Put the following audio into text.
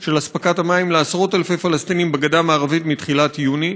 של אספקת המים לעשרות-אלפי פלסטינים בגדה המערבית מתחילת יוני,